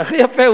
והכי יפה,